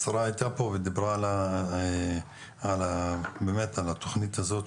השרה הייתה פה ובאמת דיברה על התכנית הזו,